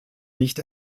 nicht